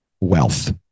wealth